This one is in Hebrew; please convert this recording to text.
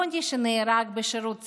יוני, שנהרג בשירות צבאי,